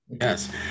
Yes